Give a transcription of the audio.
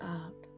up